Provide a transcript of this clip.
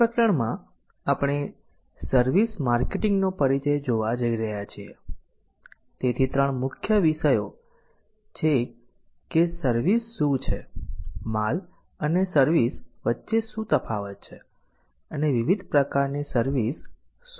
આ પ્રકરણમાં આપણે સર્વિસ માર્કેટિંગ નો પરિચય જોવા જઈ રહ્યા છીએ તેથી 3 મુખ્ય વિષયો છે કે સર્વિસ શું છે માલ અને સર્વિસ વચ્ચે શું તફાવત છે અને વિવિધ પ્રકારની સર્વિસ શું છે